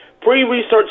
Pre-Research